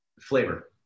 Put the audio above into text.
flavor